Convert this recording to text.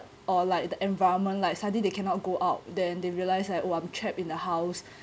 or like the environment like suddenly they cannot go out then they realise like oh I'm trapped in the house